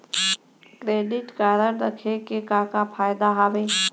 Credit card रखे के का का फायदा हवे?